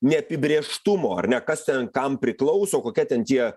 neapibrėžtumo ar ne kas ten kam priklauso kokie ten tie